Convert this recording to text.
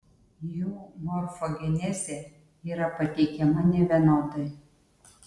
jų morfogenezė yra pateikiama nevienodai